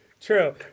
True